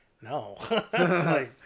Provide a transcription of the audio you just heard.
No